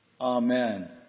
Amen